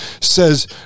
says